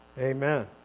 Amen